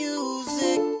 Music